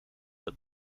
dat